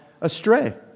astray